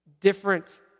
different